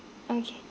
okay